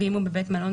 ואם הוא בבית מלון,